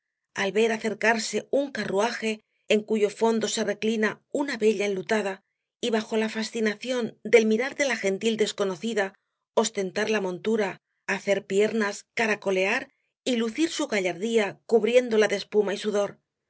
al ver acercarse un carruaje en cuyo fondo se reclina una bella enlutada y bajo la fascinación del mirar de la gentil desconocida ostentar la montura hacer piernas caracolear y lucir su gallardía cubriéndola de espuma y sudor